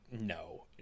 no